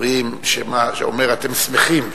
אומר: מה אתם שמחים,